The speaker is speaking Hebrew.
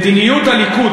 מדיניות הליכוד,